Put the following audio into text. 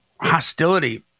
hostility